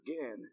again